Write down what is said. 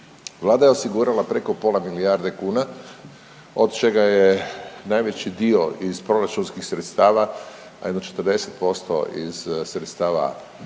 Vlada je osigurala preko pola milijarde kuna od čega je najveći dio iz proračunskih sredstava, a jedno 40% iz sredstava ESF-a